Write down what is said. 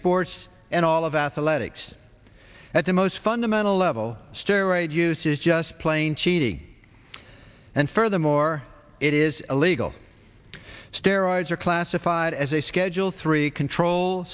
sports and all of athletics at the most fundamental level steroid use is just plain cheating and furthermore it is illegal steroids are classified as a schedule three control